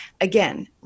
Again